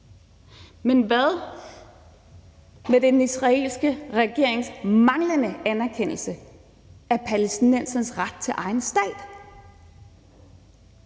men hvad med den israelske regerings manglende anerkendelse af palæstinensernes ret til egen stat?